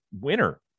winner